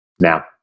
now